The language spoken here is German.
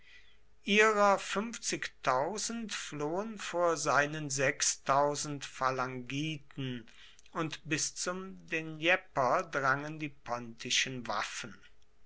ihrer flohen vor seinen phalangiten und bis zum dnjepr drangen die pontischen waffen